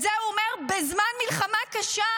את זה הוא אומר בזמן מלחמה קשה,